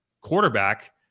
quarterback